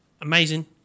Amazing